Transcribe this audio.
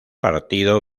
partido